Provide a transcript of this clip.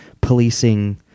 policing